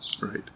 Right